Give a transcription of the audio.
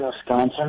Wisconsin